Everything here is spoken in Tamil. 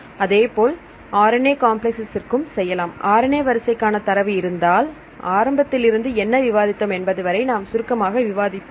அதேபோல் RNA காம்ப்ளக்ஸ் ற்கும் செய்யலாம் RNA வரிசைக்கான தரவு இருந்தால் ஆரம்பத்தில் இருந்து என்ன விவாதித்தோம் என்பது வரை நாம் சுருக்கமாக விவாதிப்போம்